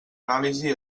anàlisi